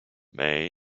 may